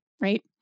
right